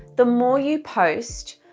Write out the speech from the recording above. the more you post,